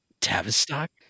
Tavistock